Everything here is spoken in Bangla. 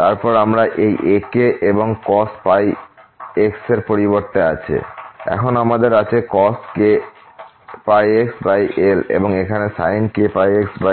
তারপর আমরা এই ak এবং cos πx এর পরিবর্তে আছে এখন আমাদের আছে cos kπxl এবং এখানে sin kπxl